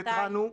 והתרענו.